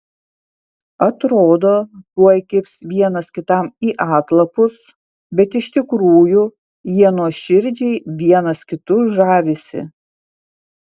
atrodo tuoj kibs vienas kitam į atlapus bet iš tikrųjų jie nuoširdžiai vienas kitu žavisi